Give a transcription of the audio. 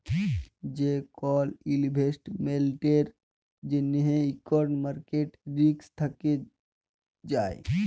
যে কল ইলভেস্টমেল্টের জ্যনহে ইকট মার্কেট রিস্ক থ্যাকে যায়